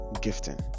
gifting